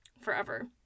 forever